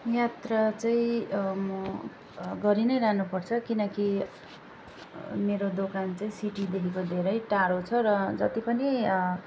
यात्रा चाहिँ म गरि नै रहनुपर्छ किनकि मेरो दोकान चाहिँ सिटीदेखिको धेरै टाढो छ र जति पनि